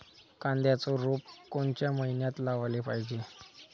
कांद्याचं रोप कोनच्या मइन्यात लावाले पायजे?